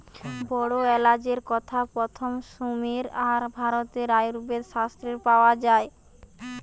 বড় এলাচের কথা প্রথম সুমের আর ভারতের আয়ুর্বেদ শাস্ত্রে পাওয়া যায়